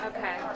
Okay